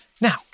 Now